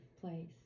place